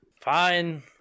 Fine